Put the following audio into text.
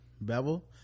bevel